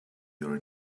your